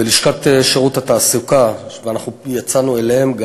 בלשכת שירות התעסוקה, ויצאנו גם אליהם,